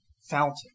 fountain